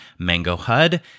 mangohud